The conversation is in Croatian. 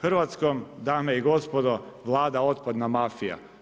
Hrvatskom dame i gospodo vlada otpadna mafija.